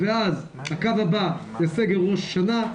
ואז הקו הבא זה סגר ראש השנה,